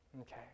Okay